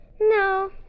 No